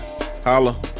Holla